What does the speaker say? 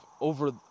over